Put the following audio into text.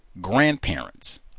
grandparents